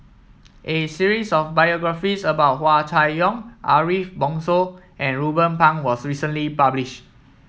a series of biographies about Hua Chai Yong Ariff Bongso and Ruben Pang was recently published